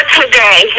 today